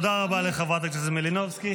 תודה רבה לחברת הכנסת מלינובסקי.